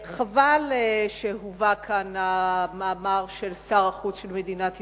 חבל שהובא כאן המאמר של שר החוץ של מדינת ישראל.